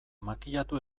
makillatu